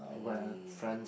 when friends